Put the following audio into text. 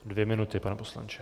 Dvě minuty, pane poslanče.